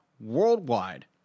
worldwide